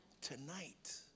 tonight